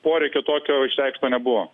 poreikio tokio išreikšto nebuvo